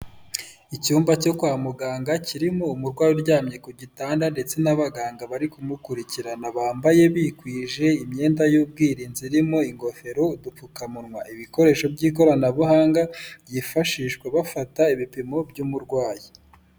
Icyumba cyo kwa muganga kirimo umurwayi uryamye ku gitanda ndetse n'abaganga bari kumukurikirana bambaye bikwije imyenda y'ubwirinzi irimo ingofero udupfukamunwa ibikoresho by'ikoranabuhanga byifashishwa bafata ibipimo by'umurwayi .